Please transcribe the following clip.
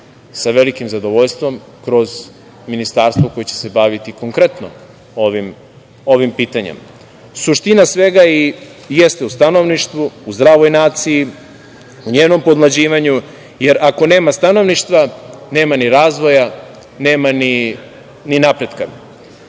sa velikim zadovoljstvom kroz ministarstvo koje će se baviti konkretno ovim pitanjem. Suština svega i jeste u stanovništvu, u zdravoj naciji, njenom podmlađivanju, jer ako nema stanovništva nema ni razvoja, nema ni napretka.